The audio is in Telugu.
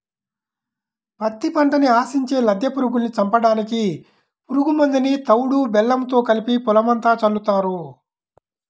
పత్తి పంటని ఆశించే లద్దె పురుగుల్ని చంపడానికి పురుగు మందుని తవుడు బెల్లంతో కలిపి పొలమంతా చల్లుతారు